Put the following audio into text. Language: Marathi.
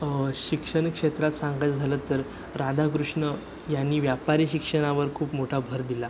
शिक्षण क्षेत्रात सांगायचं झालं तर राधाकृष्ण यांनी व्यापारी शिक्षणावर खूप मोठा भर दिला